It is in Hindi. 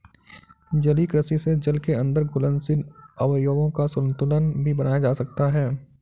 जलीय कृषि से जल के अंदर घुलनशील अवयवों का संतुलन भी बनाया जा सकता है